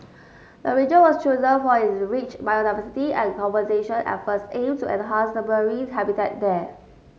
the region was chosen for its rich biodiversity and conservation efforts aim to enhance the marine habitat there